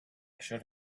should